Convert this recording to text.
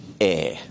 air